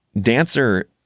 Dancer